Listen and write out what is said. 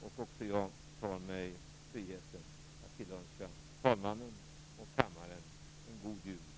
Också jag tar mig friheten att tillönska talmannen och kammaren en god jul och ett gott nytt år.